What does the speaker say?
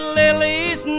lilies